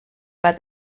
bat